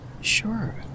sure